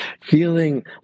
feeling